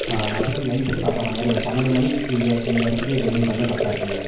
மத்தியானம் லன்ஞ்சிக்கு சாப்பிட்ற மாதிரி ஒரு பன்னெண்டு மணிக்கு இங்கே எங்கள் இடத்துக்கே டெலிவரி பண்ணால் கரெக்டாக இருக்குங்க